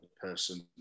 person